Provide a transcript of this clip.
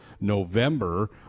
November